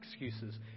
excuses